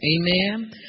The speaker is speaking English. amen